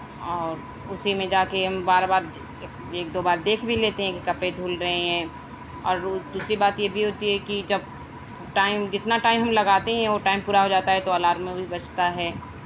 اور اسی میں جا کے ہم بار بار ایک دو بار دیکھ بھی لیتے ہیں کہ کپڑے دھل رہے ہیں اور دوسری بات یہ بھی ہوتی ہے کہ جب ٹائم جتنا ٹائم ہم لگاتے ہیں وہ ٹائم پورا ہو جاتا ہے تو الارم بجتا ہے